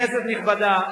כנסת נכבדה,